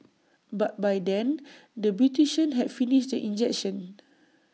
but by then the beautician had finished the injection